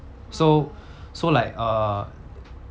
so so like err